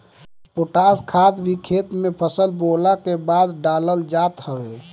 potash खाद भी खेत में फसल बोअला के बाद डालल जात हवे